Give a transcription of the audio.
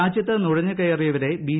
രാജ്യത്ത് നുഴഞ്ഞു കയറിയവരെ ബി